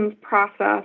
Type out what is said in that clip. process